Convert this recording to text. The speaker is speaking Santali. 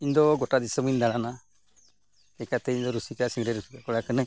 ᱤᱧ ᱫᱚ ᱜᱚᱴᱟ ᱫᱤᱥᱚᱢ ᱤᱧ ᱫᱟᱬᱟᱱᱟ ᱪᱤᱠᱟᱹᱛᱮ ᱤᱧᱫᱚ ᱨᱩᱥᱤᱠᱟ ᱥᱤᱝᱨᱟᱭ ᱨᱩᱥᱤᱠᱟ ᱠᱚᱲᱟ ᱠᱟᱹᱱᱟᱹᱧ